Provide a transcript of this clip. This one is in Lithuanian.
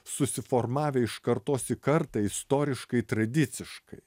susiformavę iš kartos į kartą istoriškai tradiciškai